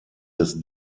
des